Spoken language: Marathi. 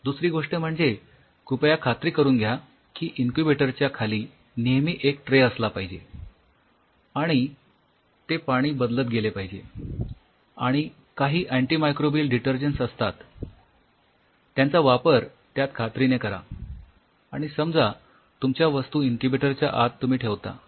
दुसरी गोष्ट म्हणजे कृपया खात्री करून घ्या की इन्क्युबेटर च्या खाली नेहमी एक ट्रे असला पाहिजे आणि ते पाणी बदलत गेले पाहिजे आणि काही अँटिमायक्रोबियल डिटर्जेन्ट्स असतात त्यांचा वापर त्यात खात्रीने करा आणि समजा तुमच्या वस्तू इन्क्युबेटर च्या आत ठेवता